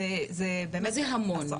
מה זה המון?